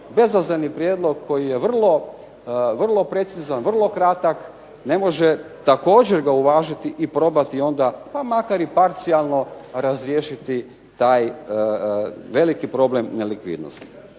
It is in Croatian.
bezazleni prijedlog koji je vrlo precizan, vrlo kratak ne može također ga uvažiti i probati onda pa makar i parcijalno razriješiti taj veliki problem nelikvidnosti.